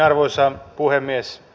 arvoisa puhemies